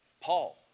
Paul